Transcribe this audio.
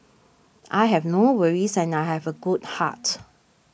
I have no worries and I have a good heart